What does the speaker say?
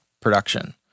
production